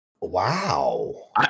wow